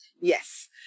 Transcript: Yes